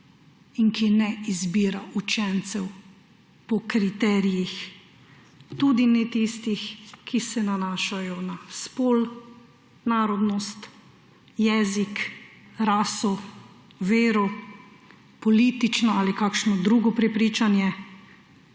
in ki ne izbira učencev po kriterijih, tudi ne tistih, ki se nanašajo na spol, narodnost, jezik, raso, vero, politično ali kakšno drugo prepričanje,